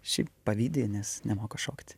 šiaip pavydi nes nemoka šokti